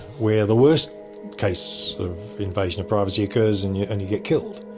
where the worst case of invasion of privacy occurs and you and you get killed.